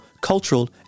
cultural